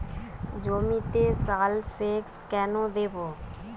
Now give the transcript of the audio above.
জমিতে সালফেক্স কেন দেবো?